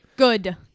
good